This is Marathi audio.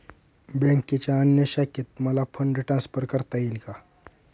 बँकेच्या अन्य शाखेत मला फंड ट्रान्सफर करता येईल का?